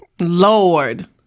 Lord